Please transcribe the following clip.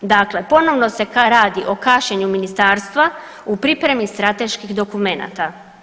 Dakle, ponovno se radi o kašnjenju Ministarstva u pripremi strateških dokumenata.